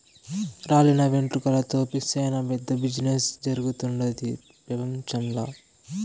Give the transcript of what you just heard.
రాలిన వెంట్రుకలతో సేనా పెద్ద బిజినెస్ జరుగుతుండాది పెపంచంల